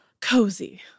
cozy